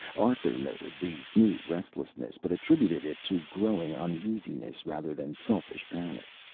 arthur noted the new restlessness, but attributed it to growing uneasiness rather than selfish panic.